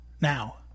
now